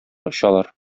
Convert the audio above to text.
очалар